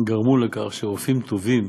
הם גרמו לכך שרופאים טובים